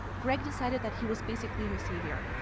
greg decided that he was basically her savior.